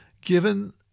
Given